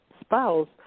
spouse